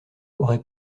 aurait